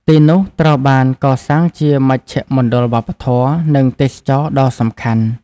ទីនោះត្រូវបានកសាងជាមជ្ឈមណ្ឌលវប្បធម៌ និងទេសចរណ៍ដ៏សំខាន់។